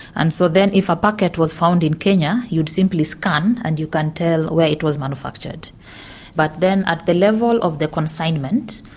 and so then if a packet was found in kenya you'd simply scan and you can tell where it was manufactured but then at the level of the consignment,